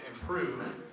improve